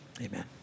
amen